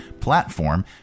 platform